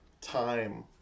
time